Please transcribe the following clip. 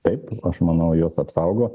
taip aš manau juos apsaugo